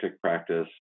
practice